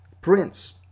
Prince